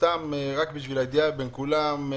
לא אמרתי כמה שקלים.